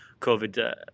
COVID